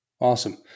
Awesome